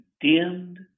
Dimmed